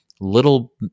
little